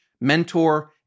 mentor